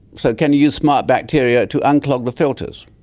so can you use smart bacteria to unclog the filters?